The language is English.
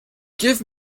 give